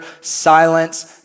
silence